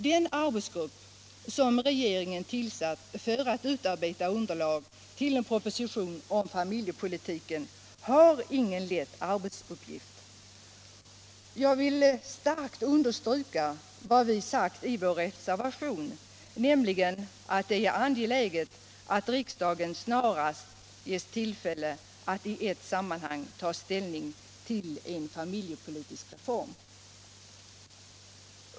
Den arbetsgrupp som regeringen tillsatt för att utarbeta underlag till en proposition om familjepolitiken har ingen lätt arbetsuppgift. Jag vill kraftigt understryka vad vi sagt i vår reservation, nämligen att det är angeläget att riksdagen snarast ges tillfälle att i ett sammanhang ta ställning till en familjepolitisk reform.